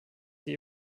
die